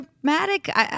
dramatic